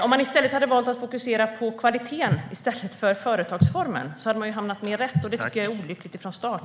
Om man valt att fokusera på kvaliteten i stället för företagsformen hade man hamnat mer rätt. Det är olyckligt från start.